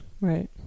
Right